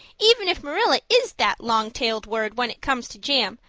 even if marilla is that long-tailed word when it comes to jam,